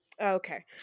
Okay